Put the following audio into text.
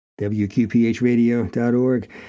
wqphradio.org